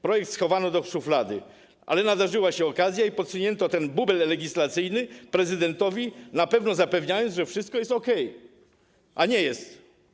Projekt schowano do szuflady, ale nadarzyła się okazja i podsunięto ten bubel legislacyjny prezydentowi, zapewniając, że wszystko jest okej, a nie jest.